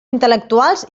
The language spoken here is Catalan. intel·lectuals